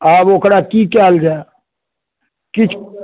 आब ओकरा की कयल जाए किछु